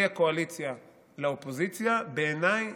מהקואליציה לאופוזיציה, בעיניי